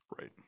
Right